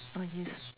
ah yes